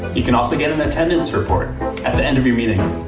you can also get an attendance report at the end of your meeting.